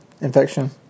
infection